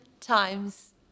times